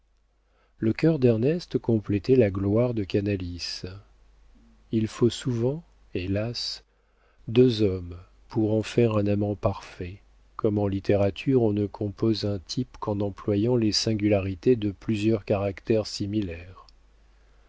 le cœur d'ernest complétait la gloire de canalis il faut souvent hélas deux hommes pour en faire un amant parfait comme en littérature on ne compose un type qu'en employant les singularités de plusieurs caractères similaires